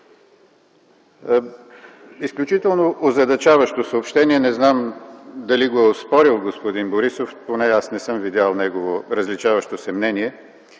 Изключително озадачаващо съобщение. Не знам дали го е оспорил господин Борисов. Поне аз не съм видял негово различаващо се мнение,